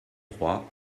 trois